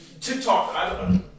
TikTok